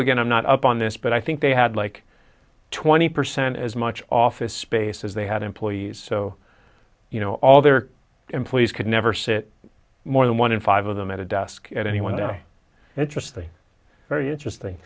again i'm not up on this but i think they had like twenty percent as much office space as they had employees so you know all their employees could never sit more than one in five of them at a desk at any one interesting very interesting